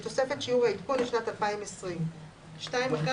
בתוספת שיעור העדכון לשנת 2020 ;״ אחרי